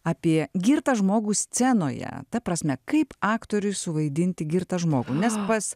apie girtą žmogų scenoje ta prasme kaip aktoriui suvaidinti girtą žmogų nes pas